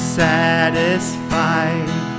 satisfied